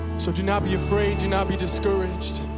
so do not be afraid, do not be discouraged.